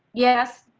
yes.